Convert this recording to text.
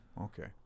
okay